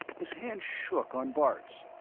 his hand shook on bart's,